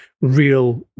real